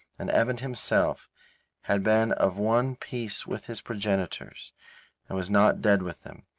and evan himself had been of one piece with his progenitors and was not dead with them,